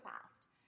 fast